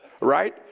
Right